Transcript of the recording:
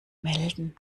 melden